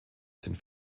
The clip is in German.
sind